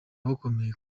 barakomeye